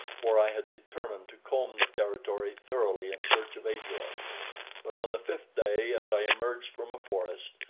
for i had determined to comb the territory thoroughly in search of ajor but on the fifth day as i emerged from a forest,